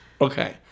Okay